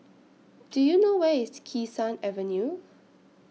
Do YOU know Where IS Kee Sun Avenue